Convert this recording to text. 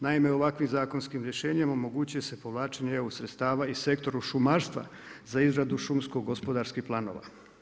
Naime, ovakvim zakonskim rješenjem omogućuje se povlačenje eu sredstava i sektoru šumarstva za izradu šumsko-gospodarskih planova.